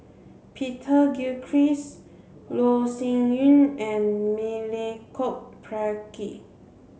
Peter Gilchrist Loh Sin Yun and Milenko Prvacki